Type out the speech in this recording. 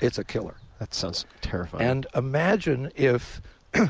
it's a killer. that sounds terrifying. and imagine if